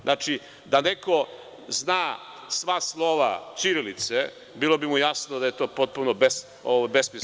Znači, da neko zna sva slova ćirilice, bilo bi mu jasno da je to potpuno besmisleno…